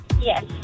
Yes